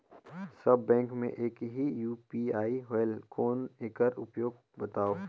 सब bank मे एक ही यू.पी.आई होएल कौन एकर उपयोग बताव?